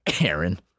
Aaron